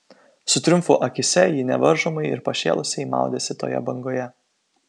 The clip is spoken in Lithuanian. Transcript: su triumfu akyse ji nevaržomai ir pašėlusiai maudėsi toje bangoje